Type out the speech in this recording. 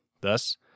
Thus